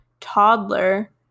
toddler